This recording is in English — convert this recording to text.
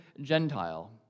Gentile